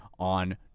on